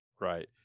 right